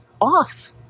off